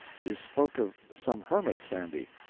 you spoke of some hermits, sandy.